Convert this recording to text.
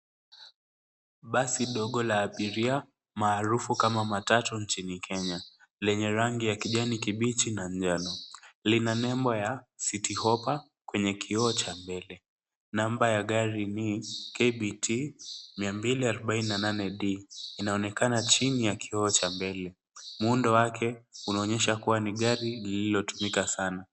Basi ndogo la abiria maarufu kama matatu nchini Kenya lenye rangi ya kijani kibichi na njano. Lina nembo ya City Hoppa kwenye kioo cha mbele. Namba ya gari ni KBT 249D. Inaonekana chini ya kioo cha mbele. Muundo wake unaonyesha kuwa ni gari lililo tumika sana.